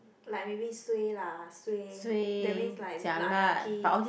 like maybe suay lah suay that means like unlucky